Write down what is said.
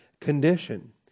condition